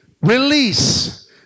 Release